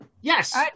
Yes